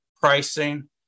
pricing